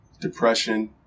depression